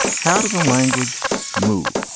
how does a language move?